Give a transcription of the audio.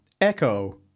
Echo